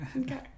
Okay